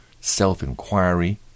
self-inquiry